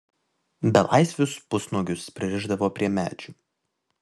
belaisvius pusnuogius pririšdavo prie medžių